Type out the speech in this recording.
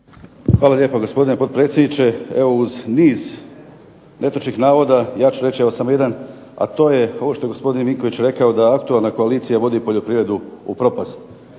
Hvala lijepa gospodine potpredsjedniče. Evo uz niz netočnih navoda ja ću reći evo samo jedan, a to je ovo što je gospodin Vinković rekao da aktualna koalicija vodi poljoprivredu u propast.